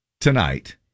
tonight